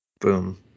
Boom